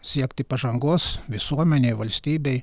siekti pažangos visuomenei valstybei